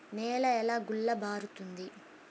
నేల ఎలా గుల్లబారుతుంది?